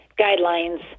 guidelines